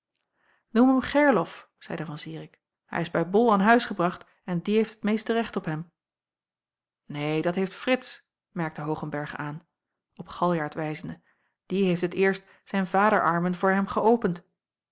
noem hem gerlof zeide van zirik hij is bij bol aan huis gebracht en die heeft het meeste recht op hem neen dat heeft frits merkte hoogenberg aan op galjart wijzende die heeft het eerst zijn vaderarmen voor hem geöpend